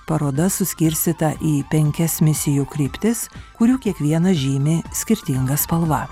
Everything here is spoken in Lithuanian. paroda suskirstyta į penkias misijų kryptis kurių kiekvieną žymi skirtinga spalva